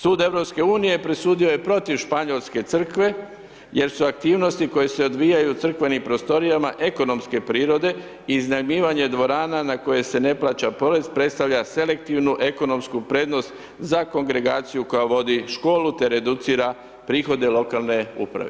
Sud EU, presudio je protiv španjolske crkve, jer su aktivnosti koje se odvijaju u crkvenim prostorijama ekonomske prirode i iznajmljivanje dvorana na koje se ne plaća porez predstavlja selektivnu ekonomsku prednost za kongregaciju koja vodi školu te reducira prihode lokalne uprave.